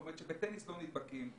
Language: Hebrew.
כלומר, בטניס לא נדבקים.